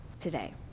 today